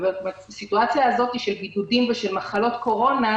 בסיטואציה הזאת של בידודים בשל מחלת קורונה,